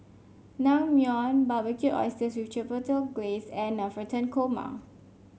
Naengmyeon Barbecued Oysters with Chipotle Glaze and Navratan Korma